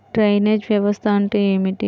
Drainage వ్యవస్థ అంటే ఏమిటి?